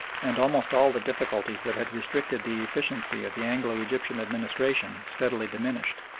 and almost all the difficulties that had restricted the efficiency of the anglo-egyptian administration steadily diminished.